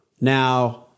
now